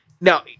Now